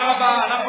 תודה רבה.